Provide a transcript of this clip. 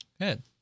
good